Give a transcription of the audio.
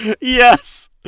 Yes